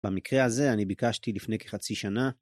‫במקרה הזה אני ביקשתי לפני כחצי שנה...